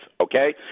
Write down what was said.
Okay